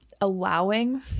allowing